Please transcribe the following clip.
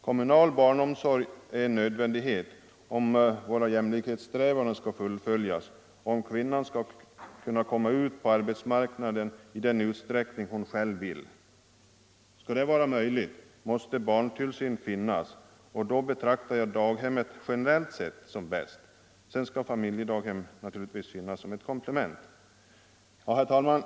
Kommunal barnomsorg är en nödvändighet, om våra jämlikhetssträvanden skall fullföljas och om kvinnan skall kunna komma ut på arbetsmarknaden i den utsträckning hon själv vill. Skall detta vara möjligt måste barntillsyn finnas, och då betraktar jag daghemmet som bäst generellt sett. Familjedaghem skall naturligtvis finnas som ett komplement. Herr talman!